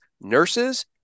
nurses